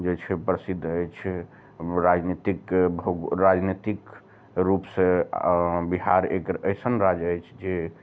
जे छै प्रसिद्ध अछि राजनीतिक भो राजनीतिक रूप सऽ बिहार एकर अइसन राज्य अछि जे